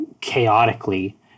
chaotically